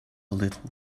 little